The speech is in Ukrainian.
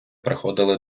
приходили